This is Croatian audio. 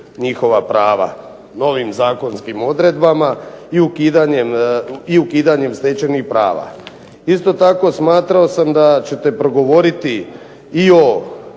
njihova prava novim zakonskim odredbama i ukidanjem stečenih prava. Isto tako smatrao sam da ćete progovoriti i o